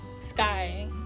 Sky